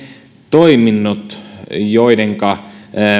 toiminnot